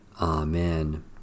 Amen